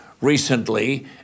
recently